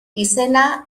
izena